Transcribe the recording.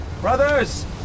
Brothers